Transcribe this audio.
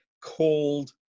called